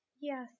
Yes